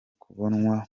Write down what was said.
kubonwa